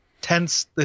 tense